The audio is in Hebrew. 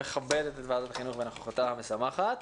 שמכבדת את ועדת החינוך בנוכחותה המשמחת.